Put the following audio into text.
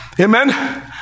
Amen